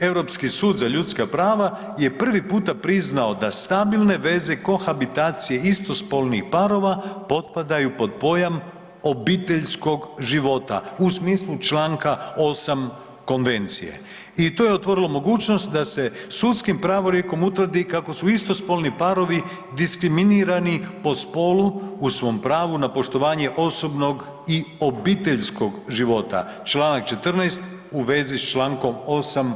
Europski sud za ljudska prava je prvi puta priznao da stabilne veze kohabitacije istospolnih parova potpadaju pod pojam obiteljskog života u smislu čl. 8. Konvencije i to je otvorilo mogućnost da se sudskim pravorijekom utvrdi kako su istospolni parovi diskriminirani po spolu u svom pravu na poštovanje osobnog i obiteljskog života čl. 14. u vezi s čl. 8.